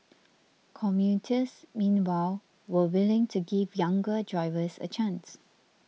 commuters meanwhile were willing to give younger drivers a chance